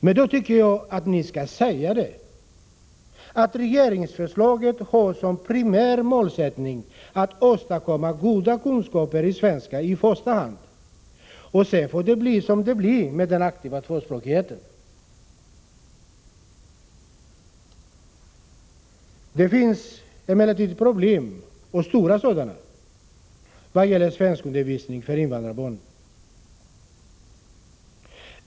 Men då tycker jag att ni skall säga att regeringsförslaget har som primär målsättning att i första hand åstadkomma goda kunskaper i svenska och att det sedan får bli som det blir med den aktiva tvåspråkigheten. Det finns emellertid problem, stora sådana, vad gäller svenskundervisning för invandrarbarnen.